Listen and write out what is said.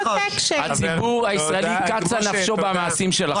הציבור הישראלי קצה נפשו במעשים שלכם.